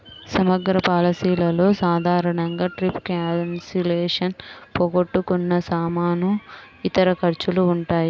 సమగ్ర పాలసీలలో సాధారణంగా ట్రిప్ క్యాన్సిలేషన్, పోగొట్టుకున్న సామాను, ఇతర ఖర్చులు ఉంటాయి